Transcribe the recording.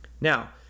Now